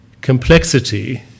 Complexity